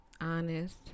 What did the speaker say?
honest